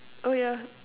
oh yeah